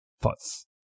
thoughts